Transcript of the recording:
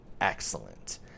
excellent